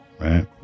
Right